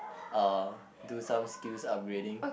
uh do some skills upgrading